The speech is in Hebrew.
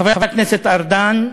חבר הכנסת ארדן,